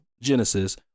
Genesis